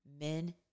Men